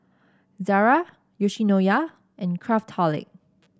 Zara Yoshinoya and Craftholic